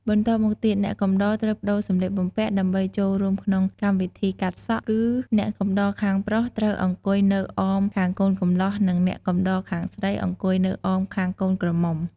បន្ទាប់មកទៀតអ្នកកំដរត្រូវប្តូរសម្លៀកបំពាក់ ដើម្បីចូលរួមក្នុងកម្មវិធីកាត់សក់ គឺអ្នកកំដរខាងប្រុសត្រូវអង្គុយនៅអមខាងកូនកម្លោះនិងអ្នកកំដរខាងស្រីអង្គុយនៅអមខាងកូនក្រមុំ។